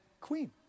queen